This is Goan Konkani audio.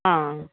आं